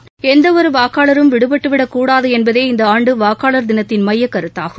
எந்த ஒரு வாக்களரும் விடுபட்டுவிடக் கூடாது என்பதே இந்த ஆண்டு வாக்காளர் தினத்தின் மையக்கருத்தாகும்